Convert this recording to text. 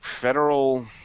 federal